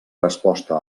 resposta